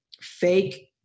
fake